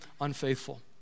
unfaithful